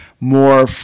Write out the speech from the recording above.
more